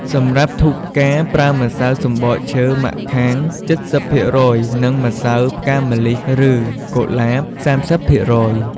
សម្រាប់ធូបផ្កាប្រើម្សៅសំបកឈើម៉ាក់ខាង ៧០% និងម្សៅផ្កាម្លិះ ឬ កុលាប ៣០%។